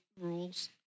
rules